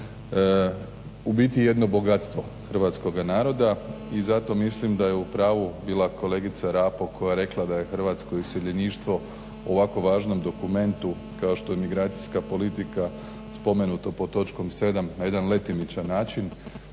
u biti jedno bogatstvo hrvatskoga naroda i zato mislim da je u pravu bila kolegica Rapo koja je rekla da je hrvatsko iseljeništvo u ovako važnom dokumentu kao što je emigracijska politika spomenuta pod točkom 7 na jedan letimičan način